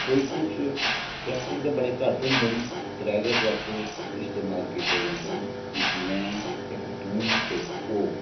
कि पोइट्री च करैक्टर ते बड़े घट्ट होंदे न त्रैऽ गै करैक्टर इस्तेमाल कीते जंदे न इक में इक तूं इक ओह्